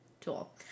Tool